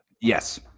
Yes